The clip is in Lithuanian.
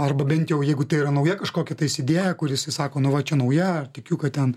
arba bent jau jeigu tai yra nauja kažkokia tais idėją kur jisai sako nu va čia nauja ir tikiu kad ten